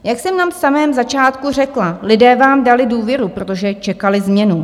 Jak jsem na samém začátku řekla, lidé vám dali důvěru, protože čekali změnu.